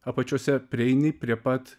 apačiose prieini prie pat